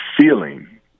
feeling